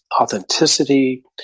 authenticity